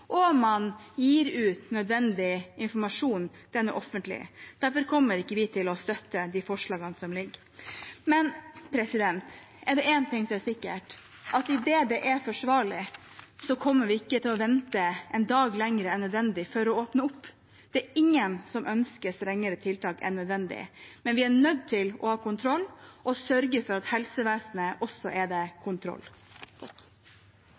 og man gir ut nødvendig informasjon. Den er offentlig. Derfor kommer vi ikke til å støtte de forslagene som ligger. Men er det én ting som er sikkert, er det at idet det er forsvarlig, kommer vi ikke til å vente en dag lenger enn nødvendig med å åpne opp. Det er ingen som ønsker strengere tiltak enn nødvendig, men vi er nødt til å ha kontroll og sørge for at helsevesenet også